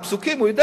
הוא למד פסוקים,